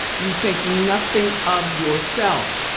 you think nothing of yourself,